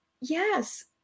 Yes